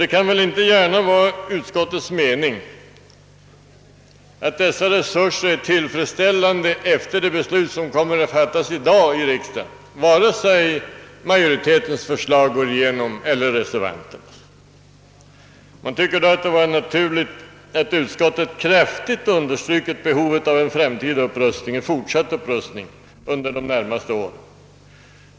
Det kan väl inte gärna vara utskottets mening att dessa resurser är tillfredsställande efter det beslut som kommer att fattas i dag i riksda gen, vare sig majoritetens förslag eller reservanternas går igenom. Man tycker då att det hade varit naturligt att utskottet kraftigt understrukit behovet av en fortsatt upprustning under de närmaste åren.